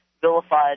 vilified